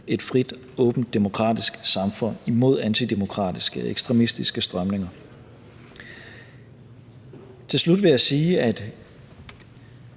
et frit og åbent demokratisk samfund imod antidemokratiske og ekstremistiske strømninger. Til slut vil jeg sige, at